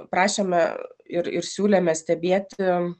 prašėme ir ir siūlėme stebėti